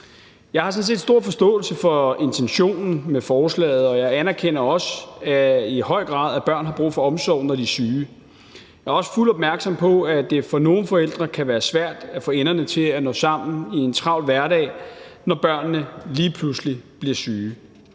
Jeg har sådan set stor forståelse for intentionen med forslaget, og jeg anerkender også i høj grad, at børn har brug for omsorg, når de er syge. Jeg er også helt opmærksom på, at det for nogle forældre kan være svært at få enderne til at nå sammen i en travl hverdag, når børnene lige pludselig bliver syge.